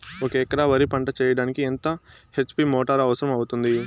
ఒక ఎకరా వరి పంట చెయ్యడానికి ఎంత హెచ్.పి మోటారు అవసరం అవుతుంది?